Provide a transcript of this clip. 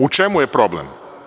U čemu je problem?